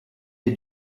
est